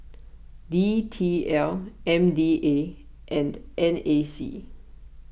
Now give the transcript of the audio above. D T L M D A and N A C